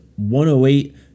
108